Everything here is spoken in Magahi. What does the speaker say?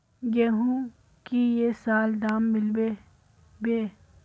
गेंहू की ये साल दाम मिलबे बे?